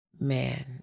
man